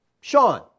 Sean